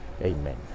Amen